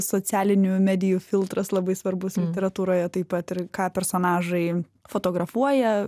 socialinių medijų filtras labai svarbus literatūroje taip pat ir ką personažai fotografuoja